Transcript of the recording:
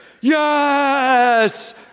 yes